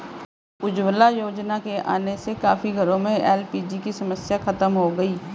उज्ज्वला योजना के आने से काफी घरों में एल.पी.जी की समस्या खत्म हो गई